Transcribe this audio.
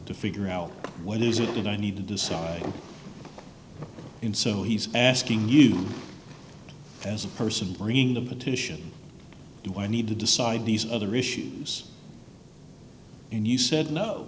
to figure out what is it that i need to decide in so he's asking you as a person bringing the petition do i need to decide these other issues and he said no